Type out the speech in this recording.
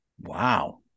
Wow